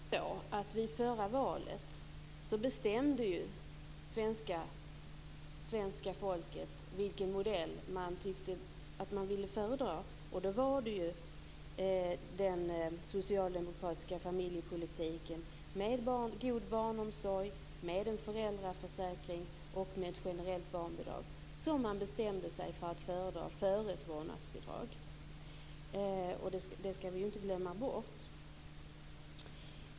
Herr talman! Vid förra valet bestämde ju svenska folket vilken modell man föredrog. Det var den socialdemokratiska familjepolitiken med god barnomsorg, med en föräldraförsäkring och med ett generellt barnbidrag som man bestämde sig för att föredra framför ett vårdnadsbidrag. Det skall vi inte glömma bort.